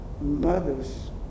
mother's